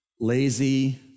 lazy